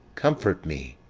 comfort me,